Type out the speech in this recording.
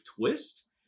twist